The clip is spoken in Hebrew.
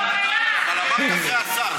אתם מתנגדים להצעה הזאת.